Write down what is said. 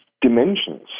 dimensions